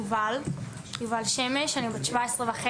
אני בת 17.5